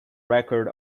record